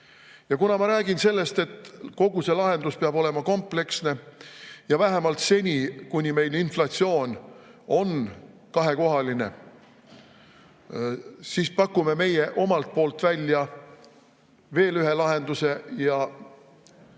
pakuta. Kuna ma räägin sellest, et kogu see lahendus peab olema kompleksne, ja vähemalt seni, kuni meil inflatsioon on kahekohaline, siis pakume meie omalt poolt välja veel ühe lahenduse meie